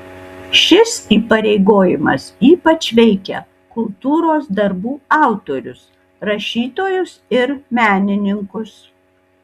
šis įpareigojimas ypač veikia kultūros darbų autorius rašytojus ir menininkus